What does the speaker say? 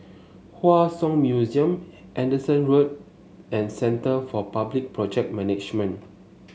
Hua Song Museum Henderson Road and Centre for Public Project Management